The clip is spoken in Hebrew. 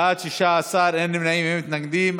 בעד, 16, אין נמנעים, אין מתנגדים.